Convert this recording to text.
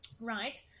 Right